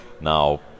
Now